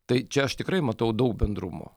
tai čia aš tikrai matau daug bendrumo